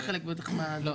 אתה היית חלק בטח מה- -- לא,